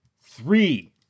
Three